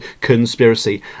conspiracy